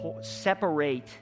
separate